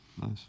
Nice